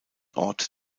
ort